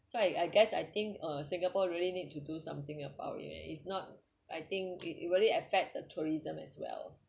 so I I guess I think uh singapore really need to do something about it if not I think it it really affect the tourism as well